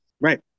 Right